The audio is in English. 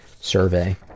survey